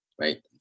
Right